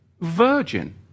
virgin